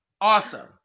Awesome